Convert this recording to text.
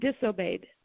disobeyed